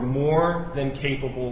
more than capable